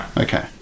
Okay